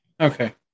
Okay